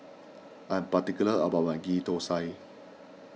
I'm particular about my Ghee Thosai